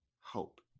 hope